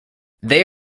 they